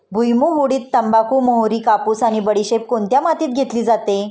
भुईमूग, उडीद, तंबाखू, मोहरी, कापूस आणि बडीशेप कोणत्या मातीत घेतली जाते?